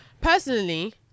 personally